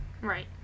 right